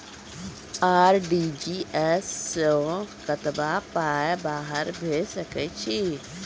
RTGS सअ कतबा पाय बाहर भेज सकैत छी?